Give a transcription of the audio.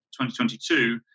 2022